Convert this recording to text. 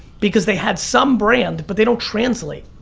because they had some brand but they don't translate.